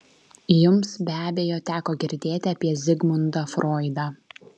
jums be abejo teko girdėti apie zigmundą froidą